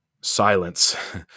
silence